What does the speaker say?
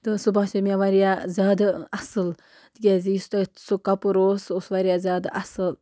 تہٕ سُہ باسیو مےٚ واریاہ زیادٕ اصٕل تِکیٛازِ یُس تَتھ سُہ کَپُر اوس سُہ اوس واریاہ زیادٕ اصٕل